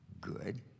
good